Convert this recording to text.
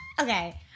Okay